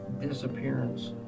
disappearance